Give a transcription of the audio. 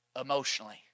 emotionally